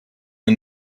the